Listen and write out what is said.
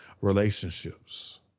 relationships